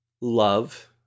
love